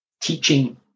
Teaching